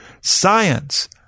Science